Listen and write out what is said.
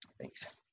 thanks